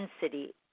density